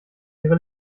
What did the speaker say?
ihre